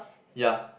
ya